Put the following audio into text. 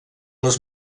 les